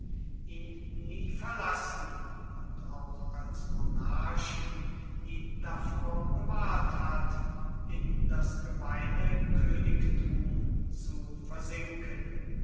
ihn nie verlassen und auch als monarchen ihn davor bewahrt hat in das gemeine königtum zu versinken